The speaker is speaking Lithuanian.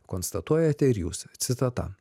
konstatuojate ir jūs citata